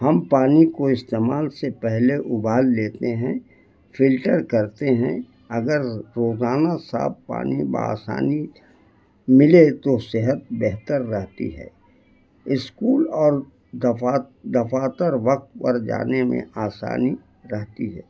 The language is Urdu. ہم پانی کو استعمال سے پہلے ابال لیتے ہیں فلٹر کرتے ہیں اگر روزانہ صاف پانی بہ آسانی ملے تو صحت بہتر رہتی ہے اسکول اور دفاتر وقت پر جانے میں آسانی رہتی ہے